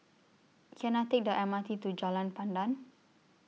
Can I Take The M R T to Jalan Pandan